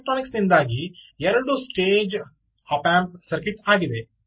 electronics ನಿಂದಾಗಿ ಎರಡು stage op amp circuit ಆಗಿದೆ